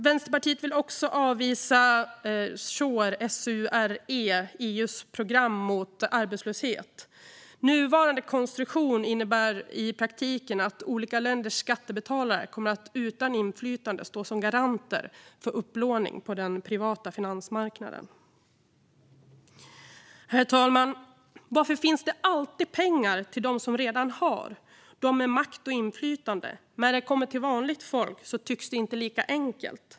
Vänsterpartiet vill också avvisa SURE, EU:s program mot arbetslöshet. Nuvarande konstruktion innebär i praktiken att olika länders skattebetalare utan inflytande kommer att stå som garanter för upplåning på den privata finansmarknaden. Herr talman! Varför finns det alltid pengar till dem som redan har, till dem med makt och inflytande? När det kommer till vanligt folk tycks det inte lika enkelt.